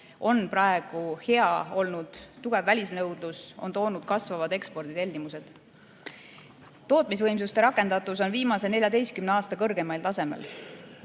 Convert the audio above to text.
on praegu hea olnud. Tugev välisnõudlus on toonud kasvavad eksporditellimused. Tootmisvõimsuste rakendatus on viimase 14 aasta kõrgeimal tasemel.